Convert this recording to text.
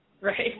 Right